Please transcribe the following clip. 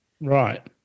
Right